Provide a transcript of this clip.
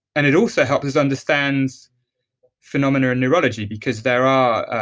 and it also helps us understands phenomena in neurology because there are.